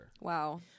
Wow